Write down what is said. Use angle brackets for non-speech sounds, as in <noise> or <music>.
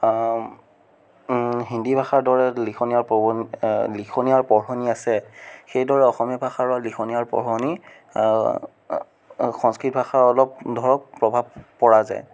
হিন্দী ভাষাৰ দৰে লিখনি আৰু <unintelligible> লিখনি আৰু পঢ়নি আছে সেইদৰে অসমীয়া ভাষাৰ লিখনি আৰু পঢ়নি সংস্কৃত ভাষাৰ অলপ ধৰক প্ৰভাৱ পৰা যায়